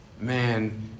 Man